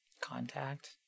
contact